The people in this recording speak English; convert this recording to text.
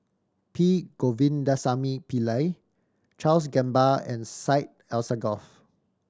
P Govindasamy Pillai Charles Gamba and Syed Alsagoff